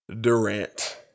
Durant